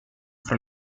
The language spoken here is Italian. tra